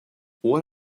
what